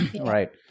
Right